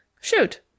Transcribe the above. shoot